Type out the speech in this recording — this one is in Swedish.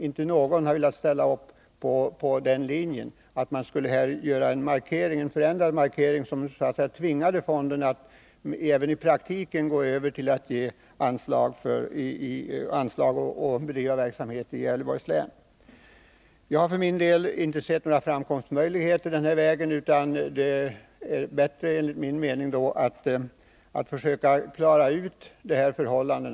Inte någon har velat ställa upp på den linjen att man skulle göra en markering som så att säga tvingade fonden att även i praktiken bedriva verksamhet i Gävleborgs län. Jag har för min del inte sett några framkomstmöjligheter den här vägen, utan det är enligt min mening då bättre att försöka klara ut förhållandet.